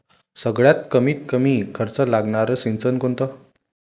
सगळ्यात कमीत कमी खर्च लागनारं सिंचन कोनचं?